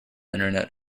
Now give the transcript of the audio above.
internet